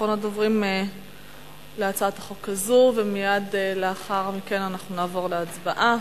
אחרון הדוברים בהצעת החוק הזאת ומייד לאחר מכן אנחנו נעבור להצבעה.